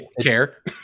care